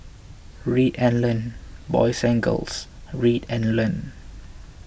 read and learn boys and girls read and learn